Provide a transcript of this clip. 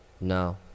No